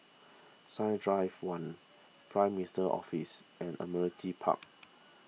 Science Drive one Prime Minister's Office and Admiralty Park